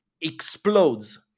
explodes